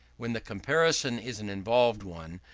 when the comparison is an involved one,